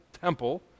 temple